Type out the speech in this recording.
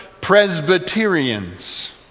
Presbyterians